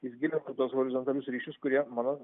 jis gilintų tuoshorizontalius ryšius kurie mano